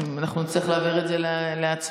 אנחנו נצטרך להעמיד את זה להצבעה.